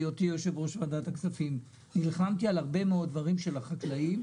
בהיותי יושב-ראש ועדת הכספים נלחמתי על הרבה מאוד דברים של החקלאים,